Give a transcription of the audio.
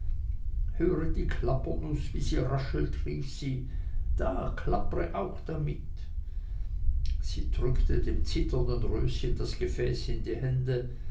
höre die klappernuß wie sie raschelt rief sie da klappre auch damit sie drückte dem zitternden röschen das gefäß in die hände